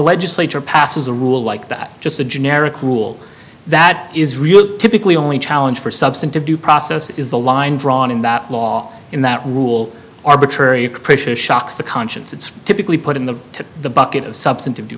legislature passes a rule like that just a generic rule that is really typically only challenge for substantive due process is the line drawn in that law in that rule arbitrary capricious shocks the conscience it's typically put in the to the bucket of substantive due